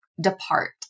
Depart